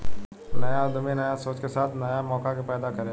न्या उद्यमी न्या सोच के साथे न्या मौका के पैदा करेला